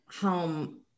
home